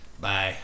Bye